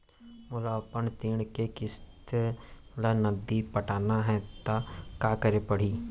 मोला अपन ऋण के किसती ला नगदी पटाना हे ता का करे पड़ही?